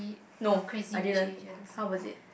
no I didn't how was it